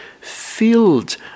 Filled